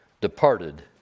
departed